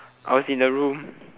I was in the room